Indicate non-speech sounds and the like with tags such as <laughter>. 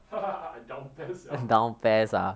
<laughs> I down PES lah